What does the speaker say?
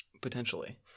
Potentially